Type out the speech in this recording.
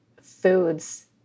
foods